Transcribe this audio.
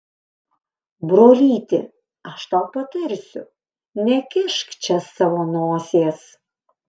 brolyti aš tau patarsiu nekišk čia savo nosies